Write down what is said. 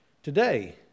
Today